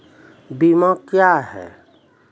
बीमा क्या हैं?